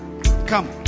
Come